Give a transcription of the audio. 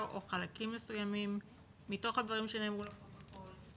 או חלקים מסוימים מתוך הדברים שנאמרו לפרוטוקול,